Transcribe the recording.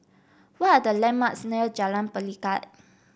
what are the landmarks near Jalan Pelikat